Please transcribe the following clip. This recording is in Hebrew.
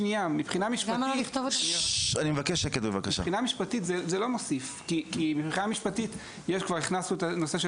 מבחינה משפטית זה לא מוסיף כי מבחינה משפטית הכנסנו את הנושא של